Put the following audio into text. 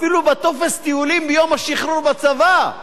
אפילו בטופס טיולים ביום השחרור בצבא,